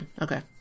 Okay